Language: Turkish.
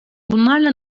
bunlarla